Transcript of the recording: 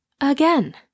Again